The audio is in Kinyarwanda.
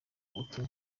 ubutumwa